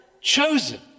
chosen